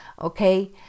okay